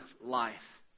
life